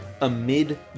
Amid